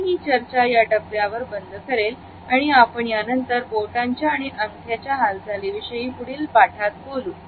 मी ही चर्चा या टप्प्यावर बंद करेल आणि आपण यानंतर बोटांच्या आणि अंगठ्याचा हलचाली विषयी पुढील पाठात बोलू